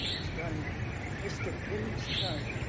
was done in mr. pym's time.